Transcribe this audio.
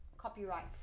copyright